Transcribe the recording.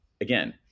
again